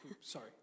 Sorry